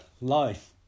life